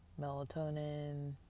melatonin